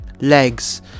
legs